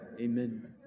Amen